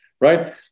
right